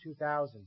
2000